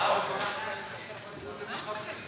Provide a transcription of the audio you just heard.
חברי חברי הכנסת, חבר הכנסת עודה.